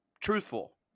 truthful